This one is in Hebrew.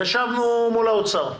ישבנו מול האוצר.